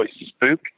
spook